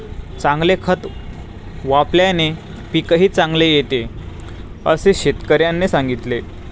चांगले खत वापल्याने पीकही चांगले येते असे शेतकऱ्याने सांगितले